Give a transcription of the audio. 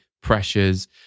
pressures